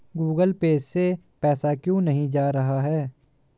Google Pay से पैसा क्यों नहीं जा रहा है?